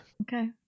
Okay